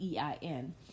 EIN